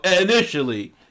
Initially